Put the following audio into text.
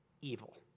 evil